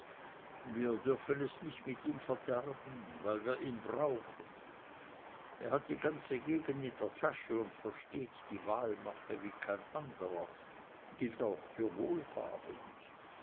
wir dürfen es nicht mit ihm verderben weil wir ihn brauchen er hat hier die ganze gegend in der tasche und versteht die wahlmache wie kein anderer gilt auch für wohlhabend